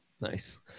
Nice